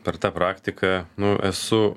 per tą praktiką nu esu